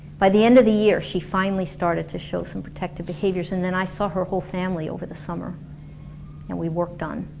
by the end of the year she finally started to show some protective behaviors and then i saw her whole family over the summer and we worked on